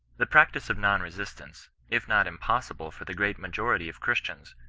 the practice of non-resistance, if not impossible for the great majority of christians,